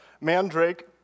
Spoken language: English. mandrake